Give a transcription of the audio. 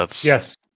Yes